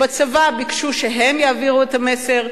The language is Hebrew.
בצבא ביקשו שהם יעבירו את המסר.